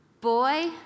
Boy